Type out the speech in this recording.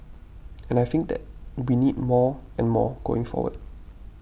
and I think that we need more and more going forward